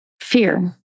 fear